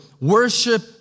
Worship